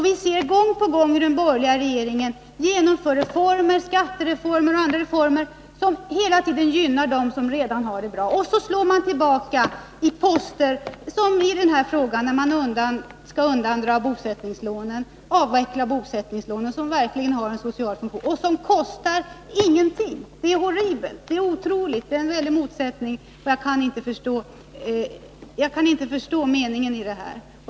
Vi ser hur den borgerliga regeringen gång på gång genomför ”skattereformer” och andra förändringar som gynnar dem som redan har det bra, och så sparar man på poster som bosättningslånen, som verkligen har en social funktion och som i realiteten inte kostar någonting. Det är horribelt, det är otroligt! Jag kan inte förstå meningen med det.